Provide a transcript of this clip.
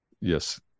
yes